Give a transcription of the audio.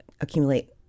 accumulate